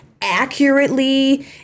accurately